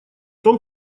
том